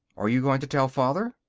are you going to tell father?